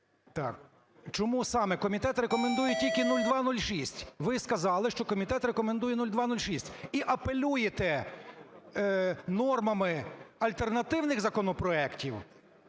Чому саме комітет рекомендує тільки 0206? Ви сказали, що комітет рекомендує 0206, і апелюєте нормами альтернативних законопроектів,